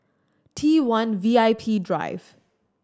T one VIP Drive